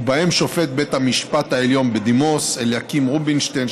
ובהם שופט בית המשפט העליון בדימוס אליקים רובינשטיין,